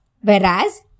Whereas